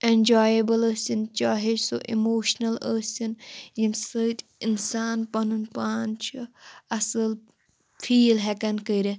enjoyable ٲسِنۍ چاہے سُہ اِموشنَل ٲسِنۍ ییٚمہِ سۭتۍ اِنسان پنُن پان چھُ اَصٕل فیٖل ہٮ۪کان کٔرِتھ